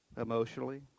emotionally